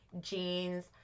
jeans